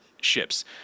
ships